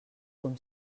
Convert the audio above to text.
com